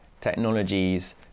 technologies